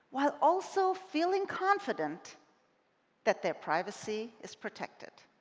while also feeling confident that their privacy is protected.